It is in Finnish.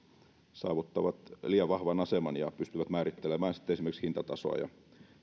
saavuttavat liian vahvan aseman ja pystyvät määrittelemään esimerkiksi hintatasoa ja sitä